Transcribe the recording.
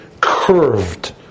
curved